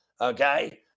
okay